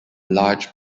large